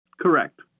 Correct